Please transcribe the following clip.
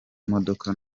modoka